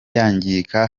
yangirika